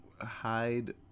hide